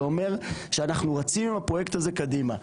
זה אומר שאנחנו רצים עם הפרויקט הזה קדימה.